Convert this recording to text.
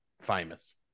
famous